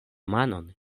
manon